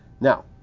now